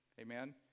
Amen